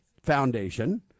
Foundation